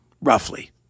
roughly